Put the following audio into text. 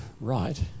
right